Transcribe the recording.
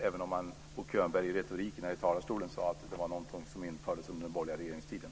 I retoriken i talarstolen sade Bo Könberg att det var något som infördes under den borgerliga regeringstiden.